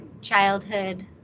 childhood